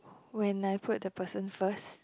when I put the person first